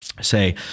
say